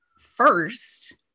first